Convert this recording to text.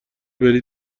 بری